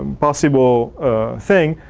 um possible thing,